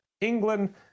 England